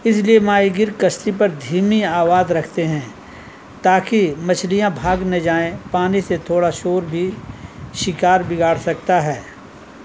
اس لیے ماہی گیر کشتی پر دھیمی آواز رکھتے ہیں تاکہ مچھلیاں بھاگ نہ جائیں پانی سے تھوڑا شور بھی شکار بگاڑ سکتا ہے